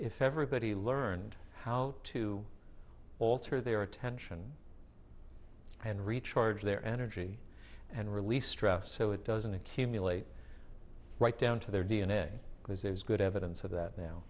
if everybody learned how to alter their attention and recharge their energy and release stress so it doesn't accumulate right down to their d n a because there's good evidence of that now